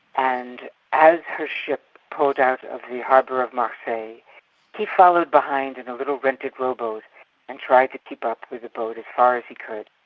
and as her ship pulled out of the harbour of marseilles, he followed behind in a little rented rowboat and tried to keep up with the boat as far as he could.